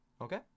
Okay